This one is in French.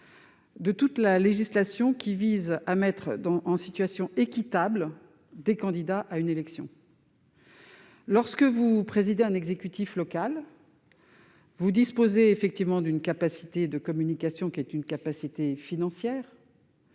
de toute la législation qui vise à mettre en situation équitable les candidats à une élection. Le président d'un exécutif local dispose d'une capacité de communication qui est aussi une capacité financière